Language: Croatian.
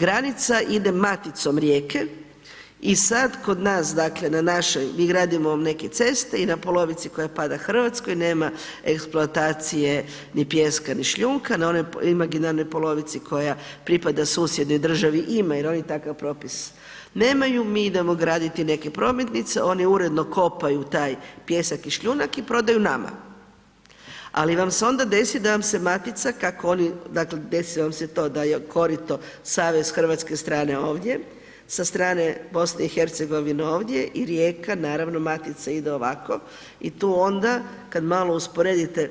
Granica ide maticom rijeke i sad kod nas, dakle, na našoj, mi gradimo neke ceste i na polovici koja pada Hrvatskoj nema eksploatacije ni pijeska, ni šljunka, na onoj imaginarnoj polovici koja pripada susjednoj državi ima jer oni takav propis nemaju, mi idemo graditi neke prometnice, oni uredno kopaju taj pijesak i šljunak i prodaju nama, ali vam se onda desi da vam se matica kako oni, dakle, desi vam se to da je korito savez hrvatske strane ovdje, sa strane BiH ovdje i rijeka naravno matica ide ovako i tu onda kad malo usporedite